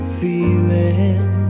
feeling